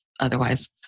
Otherwise